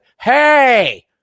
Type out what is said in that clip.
hey